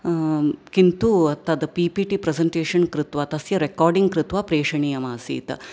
किन्तु तद् P P T presentation कृत्वा तस्य रेकार्डिङ्ग् कृत्वा प्रेषणीयमासीत्